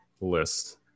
list